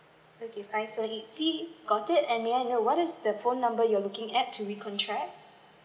okay fine I see got it and may I know what is the phone number you're looking at to recontract